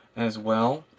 as well.